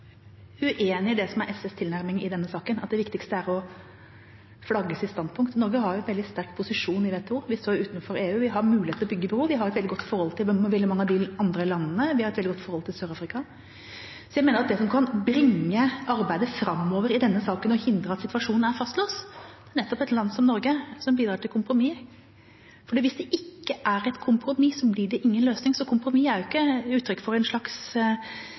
uenig i det som er SVs tilnærming i denne saken, at det viktigste er å flagge sitt standpunkt. Norge har en veldig sterk posisjon i WTO. Vi står utenfor EU, vi har mulighet til å bygge bro, vi har et veldig godt forhold til veldig mange av de andre landene, og vi har et veldig godt forhold til Sør-Afrika. Jeg mener at det som kan bringe arbeidet framover i denne saken og hindre at situasjonen er fastlåst, er nettopp et land som Norge, som bidrar til kompromiss. Hvis det ikke er et kompromiss, blir det ingen løsning. Kompromiss er ikke uttrykk for at en er feig på noen som helst slags